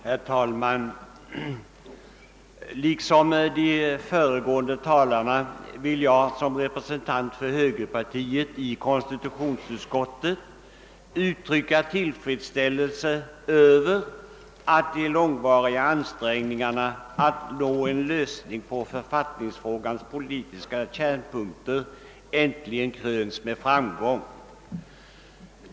Herr talman! Liksom de föregående talarna vill jag som representant för högerpartiet i konstitutionsutskottet uttrycka tillfredsställelse över att de långvariga ansträngningarna att nå en lösning på författningsfrågans politiska kärnpunkter äntligen kröns med framgång.